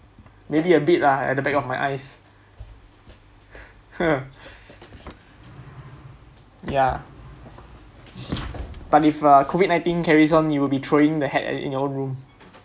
maybe a bit lah at the back of my eyes ya but if uh COVID nineteen carries on you will be throwing the hat in your own room